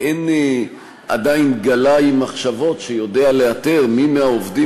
אין עדיין גלאי מחשבות שיודע לאתר מי מהעובדים